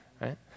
right